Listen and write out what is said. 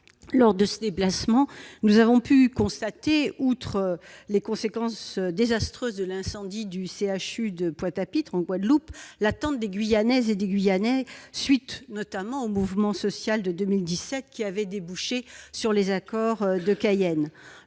Lors de ce déplacement, nous avons pu constater, outre les conséquences désastreuses de l'incendie du CHU de Pointe-à-Pitre, en Guadeloupe, l'attente des Guyanaises et des Guyanais à la suite notamment du mouvement social de 2017, qui avait débouché sur les accords de Cayenne.